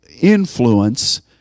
influence